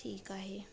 ठीक आहे